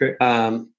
Okay